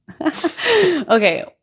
Okay